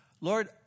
Lord